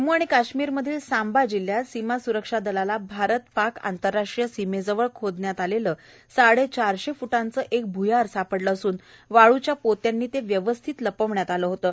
जम्मू आणि कश्मीरमधील सांबा जिल्ह्यात सीमा स्रक्षा दलाला भारत पाक आंतरराष्ट्रीय सीमेजवळ खोदण्यात आलेलं साडेचारशे फ्टांच एक भ्यार सापडलं असून वाळूच्या पोत्यांनी ते व्यवस्थित लपवण्यात आलं होतं